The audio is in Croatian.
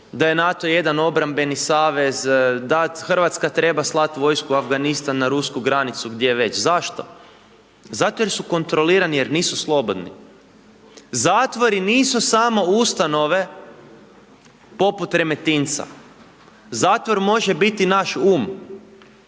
da je NATO jedan obrambeni savez, da Hrvatska treba slati vojsku u Afganistan na rusku granicu, gdje već. Zašto? Zato jer su kontrolirani, jer nisu slobodni. Zatvori nisu samo ustanove poput Remetinca. Zatvor može biti i naš um.